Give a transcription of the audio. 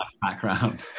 background